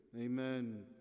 Amen